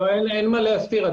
אין מה להסתיר.